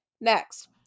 Next